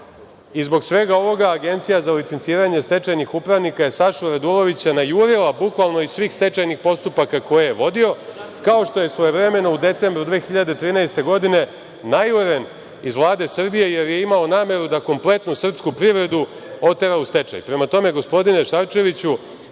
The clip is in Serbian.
vlast. Zbog svega ovoga, Agencija za licenciranje stečajnih upravnika je Sašu Radulovića najurila bukvalno iz svih stečajnih postupaka koje je vodio, kao što je svojevremeno u decembru mesecu 2013. godine najuren iz Vlade Srbije, jer je imao nameru da kompletnu srpsku privredu otera u stečaj. Prema tome, gospodine Šarčeviću,